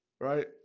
Right